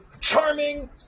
Charming